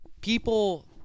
people